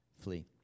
Flee